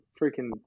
freaking